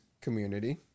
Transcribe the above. community